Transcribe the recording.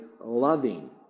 loving